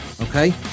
okay